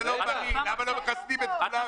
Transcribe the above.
למה לא מחסנים את כולם?